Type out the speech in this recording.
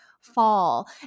fall